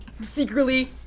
Secretly